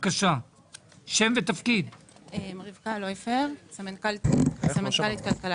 אני רבקה לויפר, סמנכ"לית כלכלה